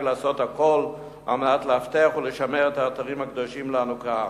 לעשות הכול על מנת לאבטח ולשמר את האתרים הקדושים לנו כעם.